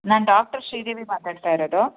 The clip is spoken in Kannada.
ನಾನು ಡಾಕ್ಟ್ರು ಶ್ರೀದೇವಿ ಮಾತಾಡ್ತ ಇರೋದು